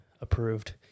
approved